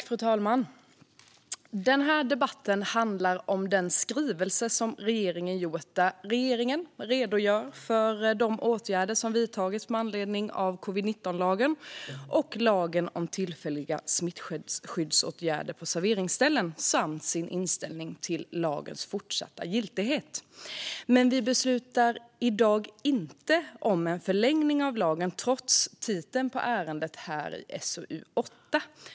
Fru talman! Den här debatten handlar om den skrivelse från regeringen där regeringen redogör för de åtgärder som har vidtagits med anledning av covid-19-lagen och lagen om tillfälliga smittskyddsåtgärder på serveringsställen. Regeringen redogör även för sin inställning till lagarnas fortsatta giltighet. I dag beslutar vi dock inte om en förlängning av lagen, trots titeln på betänkandet SoU8.